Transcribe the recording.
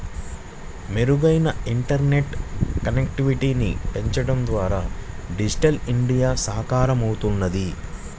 మెరుగైన ఇంటర్నెట్ కనెక్టివిటీని పెంచడం ద్వారా డిజిటల్ ఇండియా సాకారమవుద్ది